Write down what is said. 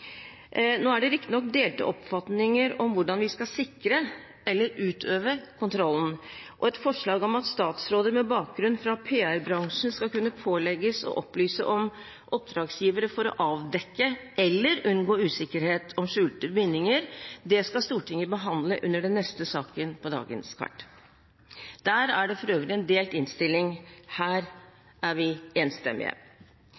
Nå er det riktignok delte oppfatninger av hvordan vi skal sikre eller utøve kontrollen, og et forslag om at statsråder med bakgrunn fra PR-bransjen skal kunne pålegges å opplyse om oppdragsgivere for å avdekke eller unngå usikkerhet om skjulte bindinger, skal Stortinget behandle under den neste saken på dagens kart. Der er det for øvrig en delt innstilling; her er vi enstemmige.